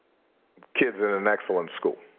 kids in an excellent school.